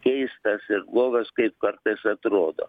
keistas ir blogas kaip kartais atrodo